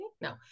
no